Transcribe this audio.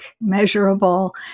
measurable